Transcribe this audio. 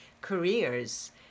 careers